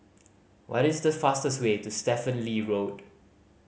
what is the fastest way to Stephen Lee Road